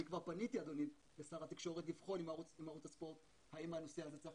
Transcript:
אני כבר פניתי לשר התקשורת לבחון עם ערוץ הספורט האם הנושא הזה צריך